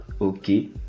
Okay